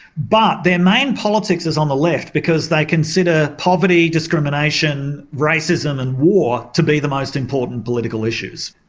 but their main politics is on the left because they consider poverty, discrimination, racism and war to be the most important political issues.